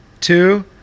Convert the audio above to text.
two